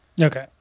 Okay